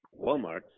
walmart